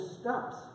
stops